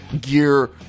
gear